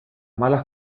malas